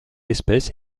espèce